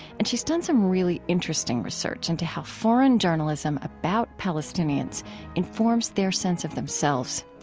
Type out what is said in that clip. and she's done some really interesting research into how foreign journalism about palestinians informs their sense of themselves.